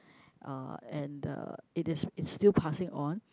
uh and the it is is still passing on